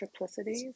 triplicities